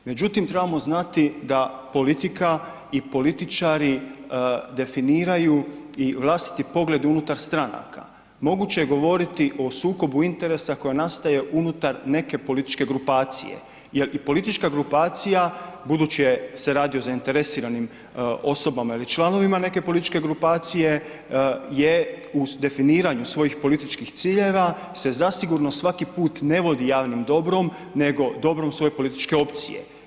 Međutim, trebamo znati da politika i političari definiraju i vlastiti pogled unutar stranaka, moguće je govoriti o sukobu interesa koji nastaje unutar neke političke grupacije, jer i politička grupacija budući se radi o zainteresiranim osobama ili članovima neke političke grupacije je u definiranju svojih političkih ciljeva se zasigurno svaki put ne vodi javnim dobrom nego dobrom svoje političke opcije.